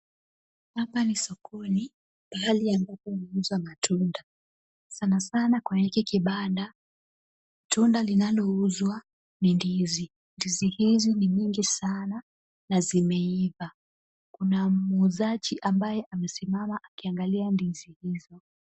Hapa ni sokoni, pahali ambapo huuzwa matunda. Sana sana kwa hiki kibanda, tunda linalouzwa ni ndizi. Ndizi hizi ni nyingi sana, na zimeiva. Kuna muuzaji ambaye amesimama akiangalia ndizi hizo.